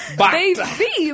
baby